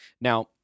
Now